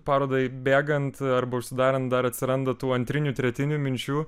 parodai bėgant arba užsidarant dar atsiranda tų antrinių tretinių minčių